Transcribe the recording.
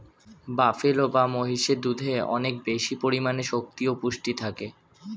buffalo বা মহিষের দুধে অনেক বেশি পরিমাণে শক্তি ও পুষ্টি থাকে